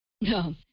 no